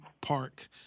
park